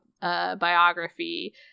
Biography